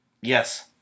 Yes